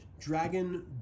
dragon